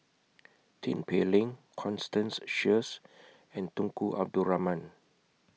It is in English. Tin Pei Ling Constance Sheares and Tunku Abdul Rahman